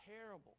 terrible